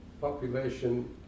population